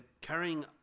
carrying